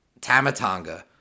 Tamatanga